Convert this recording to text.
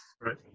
right